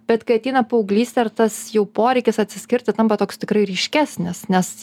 bet kai ateina paauglystė ar tas jau poreikis atsiskirti tampa toks tikrai ryškesnis nes